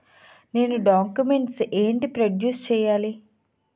నేను డాక్యుమెంట్స్ ఏంటి ప్రొడ్యూస్ చెయ్యాలి?